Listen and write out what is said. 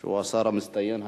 שהוא השר המצטיין היום.